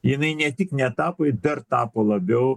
jinai ne tik netapo ji dar tapo labiau